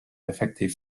effective